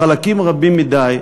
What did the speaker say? בחלקים רבים מדי,